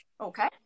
Okay